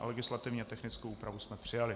Legislativně technickou úpravu jsme přijali.